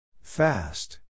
Fast